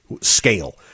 scale